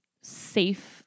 safe